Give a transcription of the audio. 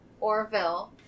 Orville